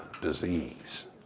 disease